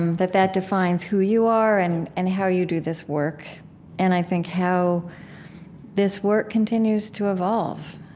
that that defines who you are and and how you do this work and, i think, how this work continues to evolve